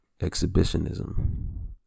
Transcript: exhibitionism